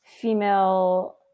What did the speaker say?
female